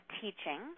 teaching